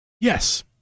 Yes